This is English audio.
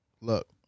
look